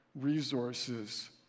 resources